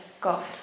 God